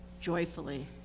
joyfully